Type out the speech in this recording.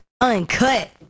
Uncut